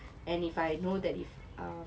and if I know that if um